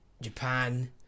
Japan